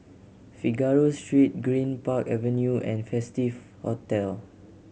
Figaro Street Greenpark Avenue and Festive Hotel